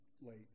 late